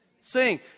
sing